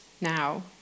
now